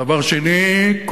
דבר שני,